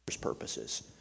purposes